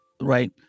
right